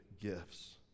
gifts